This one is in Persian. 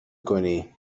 کنی